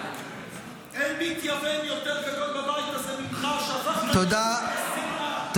אין מתייוון יותר גדול בבית הזה ממך ------ תודה רבה.